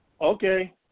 Okay